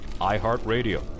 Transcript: iHeartRadio